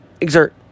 exert